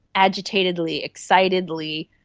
agitatedly, excitedly,